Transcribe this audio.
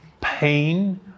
pain